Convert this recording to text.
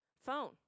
phone